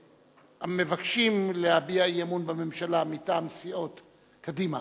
המבקשים להביע אי-אמון בממשלה מטעם סיעת קדימה